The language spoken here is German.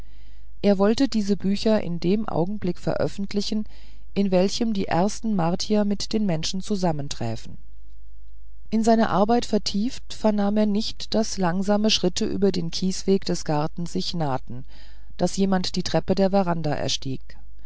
er wollte diese bücher in dem augenblick veröffentlichen in welchem die ersten martier mit den menschen zusammenträfen in seine arbeit vertieft vernahm er nicht daß langsame schritte über den kiesweg des gartens sich nahten daß jemand die treppe der veranda erstieg